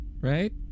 right